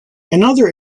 another